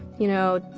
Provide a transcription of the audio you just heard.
you know,